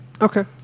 Okay